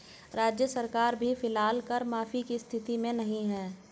राज्य सरकार भी फिलहाल कर माफी की स्थिति में नहीं है